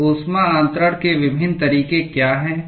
तो ऊष्मा अन्तरण के विभिन्न तरीके क्या हैं